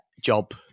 job